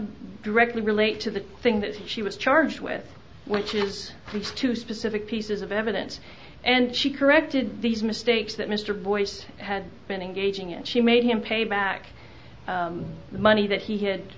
directly relate to the thing that she was charged with which is two specific pieces of evidence and she corrected these mistakes that mr boyce had been engaging in she made him pay back the money that he had